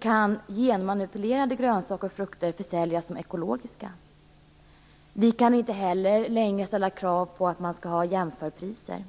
kan genmanipulerade grönsaker och frukter få säljas som ekologiska. Vi kan inte längre ställa krav på att man skall ha jämförpriser.